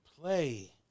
play